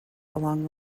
along